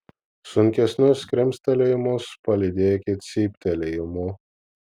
sunkesnius krimstelėjimus palydėkit cyptelėjimu